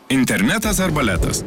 internetas ar baletas